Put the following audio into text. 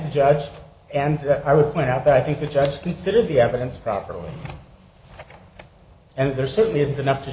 the judge and i would point out that i think the judge considered the evidence properly and there certainly isn't enough to